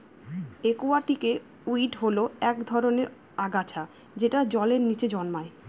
একুয়াটিকে উইড হল এক ধরনের আগাছা যেটা জলের নীচে জন্মায়